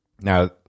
Now